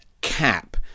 cap